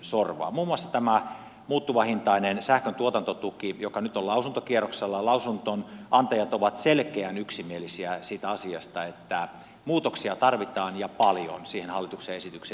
muun muassa tämän muuttuvahintaisen sähköntuotantotuen osalta joka nyt on lausuntokierroksella lausunnonantajat ovat selkeän yksimielisiä siitä asiasta että muutoksia tarvitaan ja paljon siihen hallituksen esitykseen